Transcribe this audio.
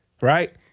right